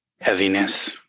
heaviness